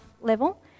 level